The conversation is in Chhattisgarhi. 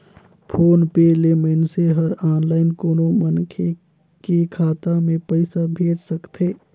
फोन पे ले मइनसे हर आनलाईन कोनो मनखे के खाता मे पइसा भेज सकथे